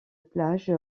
plage